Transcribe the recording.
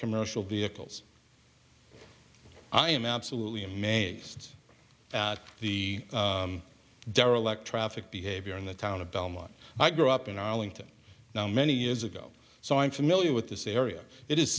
commercial vehicles i am absolutely amazed at the derelict traffic behavior in the town of belmont i grew up in arlington now many years ago so i'm familiar with this area it is